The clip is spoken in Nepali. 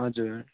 हजुर